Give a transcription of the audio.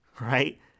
right